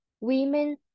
women